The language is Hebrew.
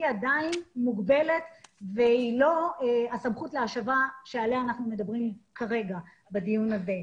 עדיין מוגבלת והיא לא הסמכות להשבה עליה אנחנו מדברים כרגע בדיון הזה.